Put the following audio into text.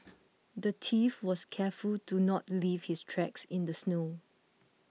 the thief was careful to not leave his tracks in the snow